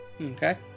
Okay